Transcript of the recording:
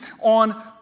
On